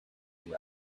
him